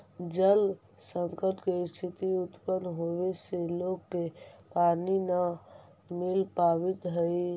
जल संकट के स्थिति उत्पन्न होवे से लोग के पानी न मिल पावित हई